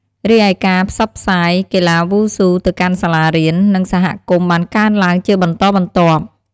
រីឯការផ្សព្វផ្សាយកីឡាវ៉ូស៊ូទៅកាន់សាលារៀន និងសហគមន៍បានកើនឡើងជាបន្តបន្ទាប់។